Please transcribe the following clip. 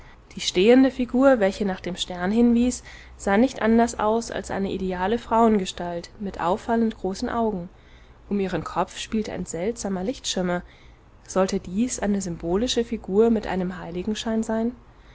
die stehende figur welche nach dem stern hinwies sah nicht anders aus als eine ideale frauengestalt mit auffallend großen augen um ihren kopf spielte ein seltsamer lichtschimmer sollte dies eine symbolische figur mit einem heiligenschein sein